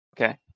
Okay